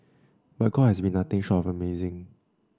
but God has been nothing short of amazing